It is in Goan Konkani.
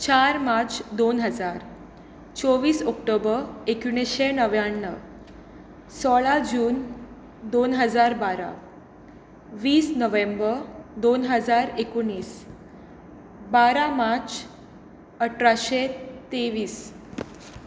चार मार्च दोन हजार चोवीस ऑक्टोबर एकोणिशे णव्याण्णव सोळा जून दोन हजार बारा वीस नोव्हेंबर दोन हजार एकोणीस बारा मार्च अठराशें तेवीस